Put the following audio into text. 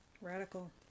radical